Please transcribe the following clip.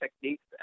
techniques